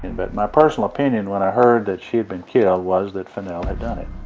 and but my personal opinion when i heard that she had been killed was that finnell had done it,